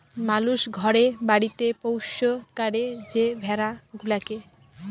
মালুস ঘরে বাড়িতে পৌষ্য ক্যরে যে ভেড়া গুলাকে